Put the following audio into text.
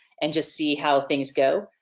and just see how things go.